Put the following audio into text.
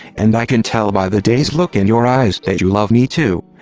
and i can tell by the dazed look in your eyes that you love me too.